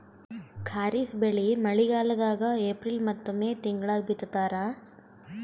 ಖಾರಿಫ್ ಬೆಳಿ ಮಳಿಗಾಲದಾಗ ಏಪ್ರಿಲ್ ಮತ್ತು ಮೇ ತಿಂಗಳಾಗ ಬಿತ್ತತಾರ